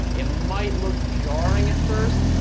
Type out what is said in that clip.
it might look jarring at first,